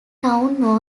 town